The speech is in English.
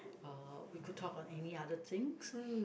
uh we could talk on any other things